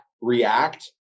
react